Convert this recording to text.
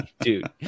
dude